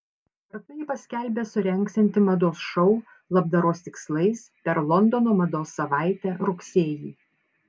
kartu ji paskelbė surengsianti mados šou labdaros tikslais per londono mados savaitę rugsėjį